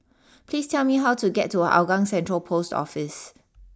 please tell me how to get to Hougang Central post Office